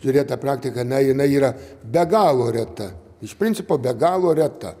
žiūrėt tą praktiką na jinai yra be galo reta iš principo be galo reta